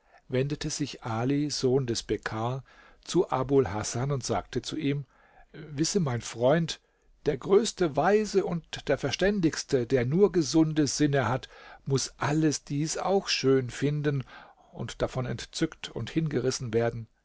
wendete sich ali sohn des bekkar zu abul hasan und sagte zu ihm wisse mein freund der größte weise und der verständigste der nur gesunde sinne hat muß alles dies auch schön finden und davon entzückt und hingerissen werden